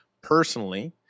Personally